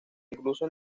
incluso